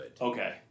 Okay